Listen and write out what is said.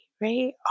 right